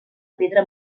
pedra